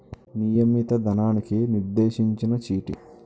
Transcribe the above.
నియమిత ధనానికి నిర్దేశించిన చీటీ